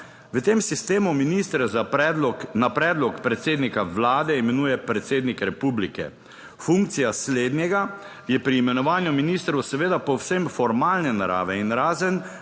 V tem sistemu ministre na predlog predsednika vlade imenuje predsednik republike. Funkcija slednjega je pri imenovanju ministrov seveda povsem formalne narave in razen